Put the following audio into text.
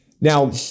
Now